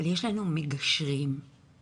אבל יש לנו מגשרים חינוכיים